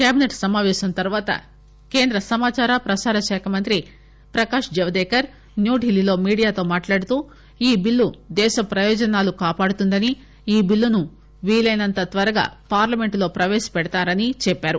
cabinet సమాపేశం తరువాత కేంద్ర సమాచార ప్రసారశాఖ మంత్రి ప్రకాష్ జవదేకర్ న్యూఢిల్లీలో మీడియాతో మాట్లాడుతూ ఈ బిల్లు దేశ ప్రయోజనాలను కాపాడుతుందని ఈ బిల్లును వీలైనంత త్సరగా పార్లమెంటులో ప్రవేశపెడతామని చెప్పారు